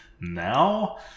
Now